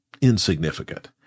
insignificant